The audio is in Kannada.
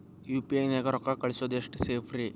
ಯು.ಪಿ.ಐ ನ್ಯಾಗ ರೊಕ್ಕ ಕಳಿಸೋದು ಎಷ್ಟ ಸೇಫ್ ರೇ?